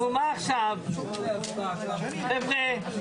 מה שאנחנו מציעים זה באמת